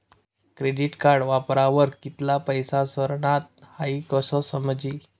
credit card वापरावर कित्ला पैसा सरनात हाई कशं समजी